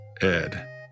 Ed